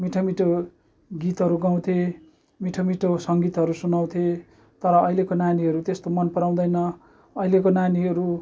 मिठो मिठो गीतहरू गाउँथे मिठो मिठो सङ्गीतहरू सुनाउँथे तर अहिलेको नानीहरू त्यस्तो मन पराउँदैन अहिलेको नानीहरू